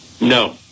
No